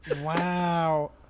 Wow